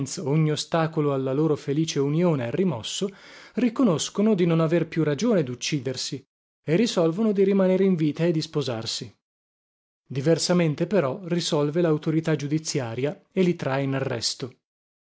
ogni ostacolo alla loro felice unione è rimosso riconoscono di non aver più ragione duccidersi e risolvono di rimanere in vita e di sposarsi diversamente però risolve lautorità giudiziaria e li trae in arresto